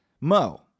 Mo